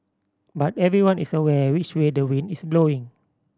but everyone is aware which way the wind is blowing